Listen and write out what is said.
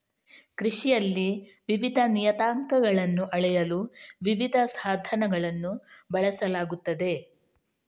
ಕೃಷಿಯಲ್ಲಿ ವಿವಿಧ ನಿಯತಾಂಕಗಳನ್ನು ಅಳೆಯಲು ವಿವಿಧ ಸಾಧನಗಳನ್ನು ಬಳಸಲಾಗುತ್ತದೆ